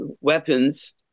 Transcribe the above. weapons